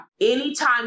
Anytime